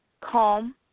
calm